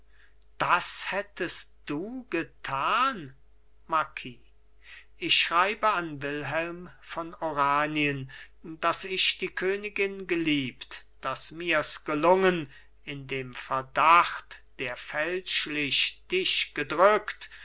das hättest du getan marquis ich schreibe an wilhelm von oranien daß ich die königin geliebt daß mirs gelungen in dem verdacht der fälschlich dich gedrückt